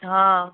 हा